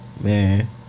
Man